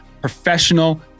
professional